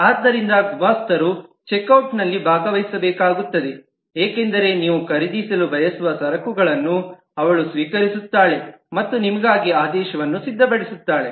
ಆದ್ದರಿಂದ ಗುಮಾಸ್ತರು check out ನಲ್ಲಿ ಭಾಗವಹಿಸಬೇಕಾಗುತ್ತದೆ ಏಕೆಂದರೆ ನೀವು ಖರೀದಿಸಲು ಬಯಸುವ ಸರಕುಗಳನ್ನು ಅವಳು ಸ್ವೀಕರಿಸುತ್ತಾಳೆ ಮತ್ತು ನಿಮಗಾಗಿ ಆದೇಶವನ್ನು ಸಿದ್ಧಪಡಿಸುತ್ತಾಳೆ